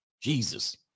jesus